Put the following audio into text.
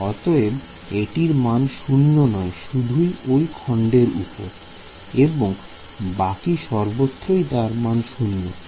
অতএব এটির মান 0 নয় শুধু ওই খন্ডের উপরে এবং বাকি সর্বত্রই তার মান 0